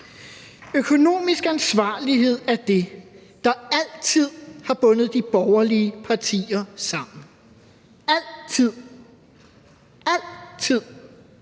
Økonomisk ansvarlighed er det, der altid har bundet de borgerlige partier sammen – altid